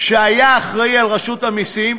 שהיה אחראי לרשות המסים,